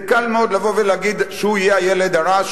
זה קל מאוד להגיד שהוא יהיה הילד הרע,